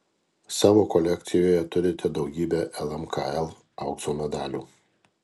savo kolekcijoje turite daugybę lmkl aukso medalių